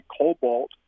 Cobalt